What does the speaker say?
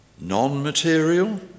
non-material